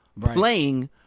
playing